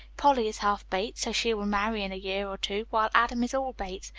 polly is half bates, so she will marry in a year or two, while adam is all bates,